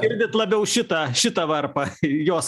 girdit labiau šitą šitą varpą jos